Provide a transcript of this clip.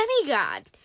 demigod